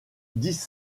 dix